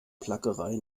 plackerei